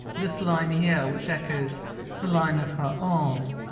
this line here, which echoes the line of her arm.